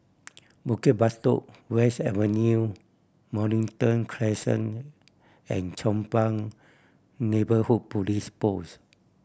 Bukit Batok West Avenue Mornington Crescent and Chong Pang Neighbourhood Police Post